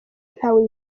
ntawe